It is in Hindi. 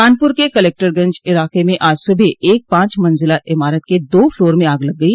कानपुर के कलेक्टरगंज इलाक़े में आज सुबह एक पांच मंजिला इमारत के दो फ्लोर में आग लग गई